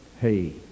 hey